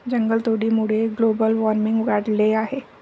जंगलतोडीमुळे global warming वाढले आहे